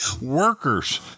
workers